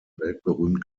weltberühmt